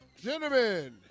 gentlemen